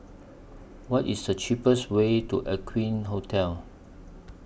What IS The cheapest Way to Aqueen Hotel